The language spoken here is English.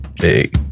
big